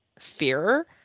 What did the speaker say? fear